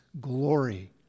glory